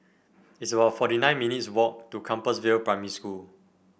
it's about forty nine minutes' walk to Compassvale Primary School